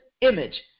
image